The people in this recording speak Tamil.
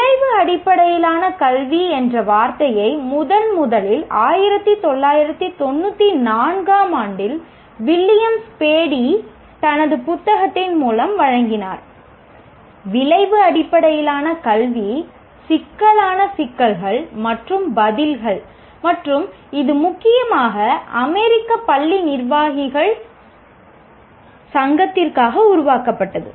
விளைவு அடிப்படையிலான கல்வி என்ற வார்த்தையை முதன்முதலில் 1994 ஆம் ஆண்டில் வில்லியம் ஸ்பேடி தனது புத்தகத்தின் மூலம் வழங்கினார் "விளைவு அடிப்படையிலான கல்வி சிக்கலான சிக்கல்கள் மற்றும் பதில்கள் "மற்றும் இது முக்கியமாக அமெரிக்க பள்ளி நிர்வாகிகள் சங்கத்திற்காக உருவாக்கப்பட்டது